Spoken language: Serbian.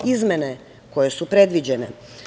Izmene koje su predviđene.